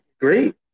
great